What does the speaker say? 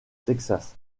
texas